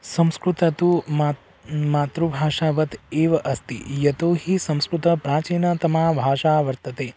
संस्कृतं तु मात् मातृभाषावत् एव अस्ति यतो हि संस्कृतं प्राचीनतमा भाषा वर्तते